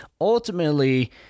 ultimately